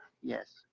Yes